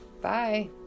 bye